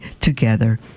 together